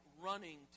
running